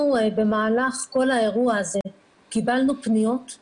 אנחנו במהלך כל האירוע הזה קיבלנו פניות שונות גם